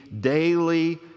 daily